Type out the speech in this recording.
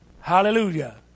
Hallelujah